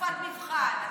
תקופת מבחן.